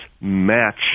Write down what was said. match